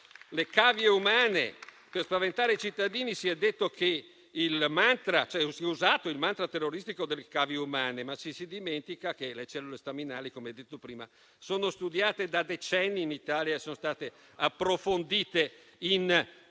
di cavie umane. Per spaventare i cittadini si è usato il mantra terroristico delle cavie umane, ma ci si dimentica che le cellule staminali - come detto prima - sono studiate da decenni in Italia, sono state approfondite in tutti